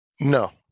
No